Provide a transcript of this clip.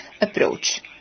approach